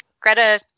Greta